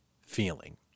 feeling